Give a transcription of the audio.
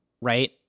right